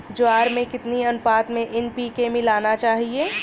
ज्वार में कितनी अनुपात में एन.पी.के मिलाना चाहिए?